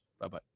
Bye-bye